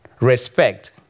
respect